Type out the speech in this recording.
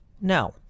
no